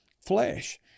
flesh